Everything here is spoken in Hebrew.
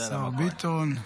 השר ביטון.